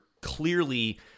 clearly